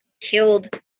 killed